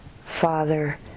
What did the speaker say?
father